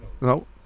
no